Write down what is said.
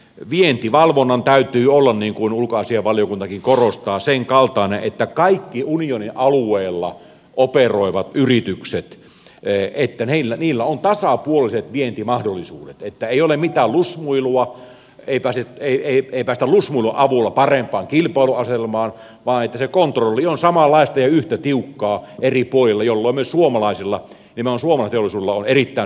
vientivalvonnan täytyy olla niin kuin ulkoasiainvaliokuntakin korostaa sen kaltainen että kaikilla unionin alueella operoivilla yrityksillä on tasapuoliset vientimahdollisuudet että ei ole mitään lusmuilua ei päästä lusmuilun avulla parempaan kilpailuasetelmaan vaan että se kontrolli on samanlaista ja yhtä tiukkaa eri puolilla jolloin myös suomalaisella teollisuudella on erittäin hyvät menestymisen mahdollisuudet